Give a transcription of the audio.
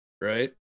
Right